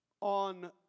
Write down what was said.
on